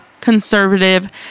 conservative